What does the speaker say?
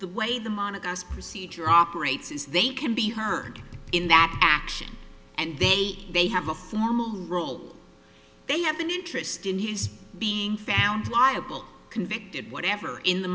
the way the monaco's procedure operates is they can be heard in that action and they they have a formal role they have an interest in his being found liable convicted whatever in the